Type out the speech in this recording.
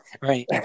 Right